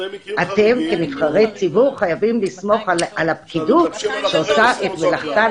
אתם כנבחרי ציבור חייבים לסמוך על הפקידות שעושה את מלאכתה